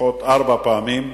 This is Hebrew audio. לפחות ארבע פעמים,